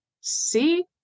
see